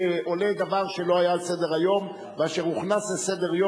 שעולה דבר שלא היה על סדר-היום ואשר הוכנס לסדר-יום